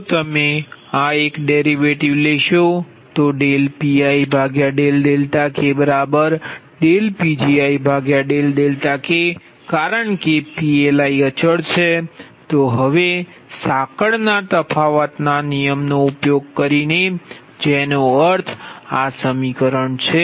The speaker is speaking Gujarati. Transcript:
જો તમે આ એક ડેરિવેટિવ લેશો તોPikPgikકારણ કે PLi અચલ છે તો હવે સાંકળ ના તફાવતના નિયમનો ઉપયોગ કરીને જેનો અર્થ આ સમીકરણ છે